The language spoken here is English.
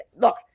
Look